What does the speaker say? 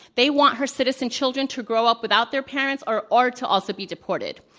they want her citizen children to grow up without their parents or or to also be deported.